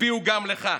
הצביעו גם לך.